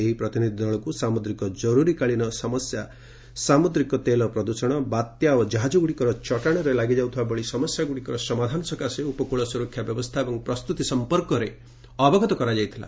ଏହି ପ୍ରତିନିଧି ଦଳକୁ ସାମୁଦ୍ରିକ ଜରୁରୀକାଳୀନ ସମସ୍ୟା ସାମୁଦ୍ରିକ ତେଲ ପ୍ରଦୂଷଣ ବାତ୍ୟା ଓ ଜାହାଜଗୁଡ଼ିକ ଚଟାଶରେ ଲାଗିଯାଉଥିବା ଭଳି ସମସ୍ୟାଗୁଡ଼ିକର ସମାଧାନ ସକାଶେ ଉପକୂଳ ସୁରକ୍ଷା ବ୍ୟବସ୍ଥା ଏବଂ ପ୍ରସ୍ତୁତି ସଂପର୍କରେ ଅବଗତ କରାଯାଇଥିଲା